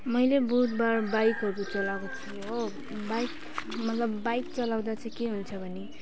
मैले बहुतबार बाइकहरू चलाएको छु हो बाइक मतलब बाइक चलाउँदा चाहिँ के हुन्छ भने